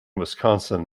wisconsin